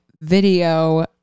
video